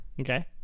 Okay